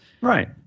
Right